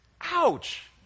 Ouch